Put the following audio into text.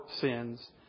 sins